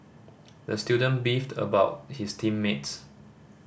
the student beefed about his team mates